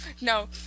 no